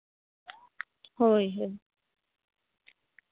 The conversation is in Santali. ᱦᱳᱭ ᱦᱳᱭ